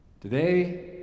Today